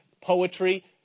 poetry